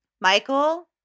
Michael